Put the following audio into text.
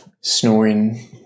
snoring